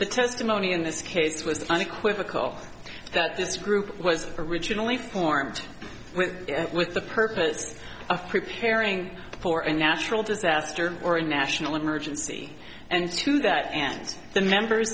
the testimony in this case was unequivocal that this group was originally formed with the purpose of preparing for a natural disaster or a national emergency and to that end the member